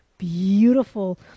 beautiful